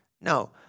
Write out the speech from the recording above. No